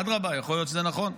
אדרבה, יכול להיות שזה נכון.